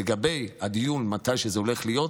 לגבי הדיון מתי זה הולך להיות,